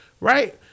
right